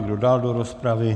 Kdo dál do rozpravy?